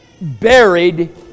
buried